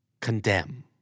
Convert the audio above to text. Condemn